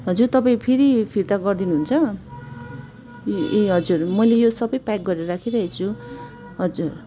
हजुर तपाईँ फेरि फिर्ता गरिदिनु हुन्छ ए ए हजुर मैले यो सबै प्याक गरेर राखिराखेको छु हजुर